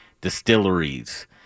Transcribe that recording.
distilleries